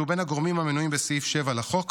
שהוא בין הגורמים המנויים בסעיף 7 לחוק